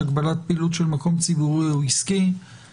(הוראת שעה) (הגבלת פעילות של מקום ציבורי או עסקי והוראות נוספות),